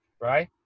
right